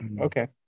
Okay